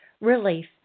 relief